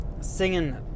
Singing